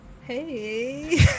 Hey